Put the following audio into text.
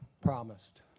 promised